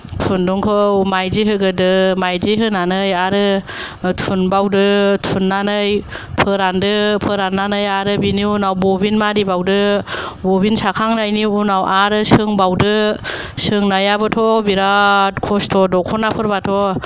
खुन्दुंखौ माइदि होगोरदो माइदि होनानै आरो थुन बावदो थुननानै फोरानदो फोरननानै आरो बिनि उनाव बबिन मारि बावदो बबिन साखांनायनि उनाव आरो सोंबावदो सोंनायाबोथ' बेराद खस्थ दखनाफोरबाथ'